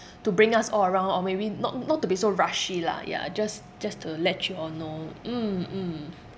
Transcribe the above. to bring us all around or maybe not not to be so rushy lah ya just just to let you all know mm mm